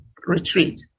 retreat